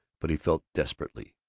but he felt, desperately,